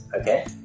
Okay